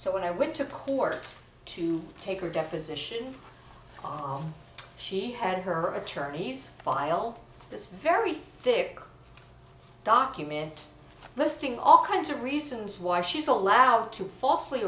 so when i went to court to take her deposition she had her attorneys file this very thick document listing all kinds of reasons why she's allowed to falsely